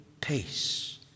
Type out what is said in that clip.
peace